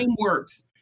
works